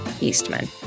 Eastman